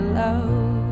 love